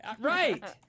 Right